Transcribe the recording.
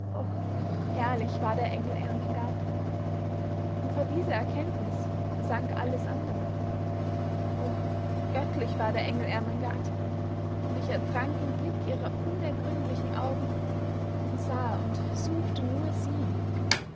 herrlich war der engel ermengard und vor dieser erkenntnis versank alles andere o göttlich war der engel ermengard und ich ertrank im blick ihrer unergründlichen augen und sah und suchte nur sie